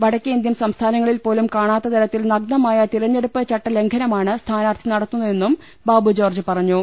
വടക്കേ ഇന്ത്യൻ സംസ്ഥാനങ്ങളിൽ പോലും കാണാത്ത തരത്തിൽ നഗ്നമായ തിരഞ്ഞെടുപ്പ് ചട്ട ലംഘനമാണ് സ്ഥാനാർത്ഥി നടത്തുന്നതെന്നും ബാബു ജോർജ്ജ് പറഞ്ഞു